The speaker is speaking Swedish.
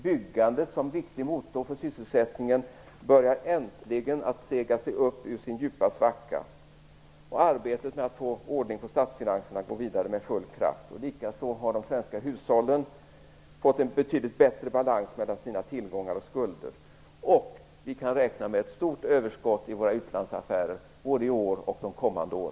Byggandet, som är en viktig motor för sysselsättningen, börjar äntligen sega sig upp ur sin djupa svacka, och arbetet med att få ordning på statsfinanserna går vidare med full kraft. Likaså har de svenska hushållen fått en betydligt bättre balans mellan tillgångar och skulder. Vi kan dessutom räkna med ett stort överskott i våra utlandsaffärer både i år och kommande år.